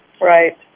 Right